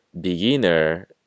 beginner